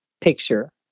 picture